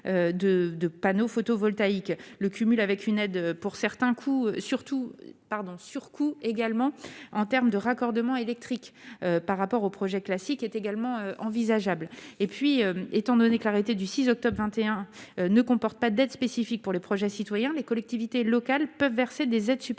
de panneaux photovoltaïques le cumul avec une aide pour certains coûts surtout pardon surcoût également en terme de raccordements électriques par rapport au projet classique est également envisageable et puis étant donné que l'arrêté du 6 octobre 21 ne comporte pas d'aide spécifique pour le projet citoyen, les collectivités locales peuvent verser des aides supplémentaires